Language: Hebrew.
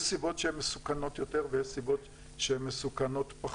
יש סיבות מסוכנות יותר ויש מסוכנות פחות.